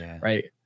Right